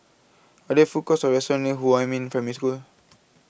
Are There Food Courts Or restaurants near Huamin Primary School